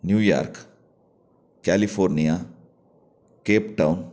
New York California Cape Town